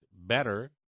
better